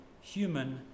human